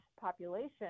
population